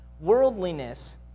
Worldliness